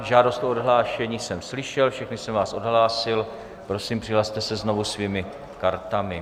Žádost o odhlášení jsem slyšel, všechny jsem vás odhlásil, prosím přihlaste se znovu svými kartami.